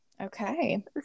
Okay